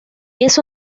eso